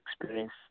experience